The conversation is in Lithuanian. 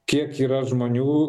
kiek yra žmonių